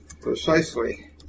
Precisely